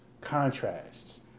contrasts